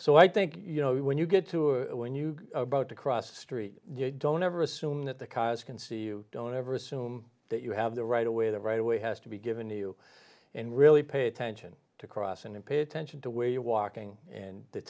so i think you know when you get to it when you boat across the street you don't ever assume that the cars can see you don't ever assume that you have the right away that right away has to be given to you and really pay attention to cross and pay attention to where you walking and the